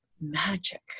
magic